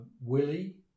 Willie